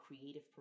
creative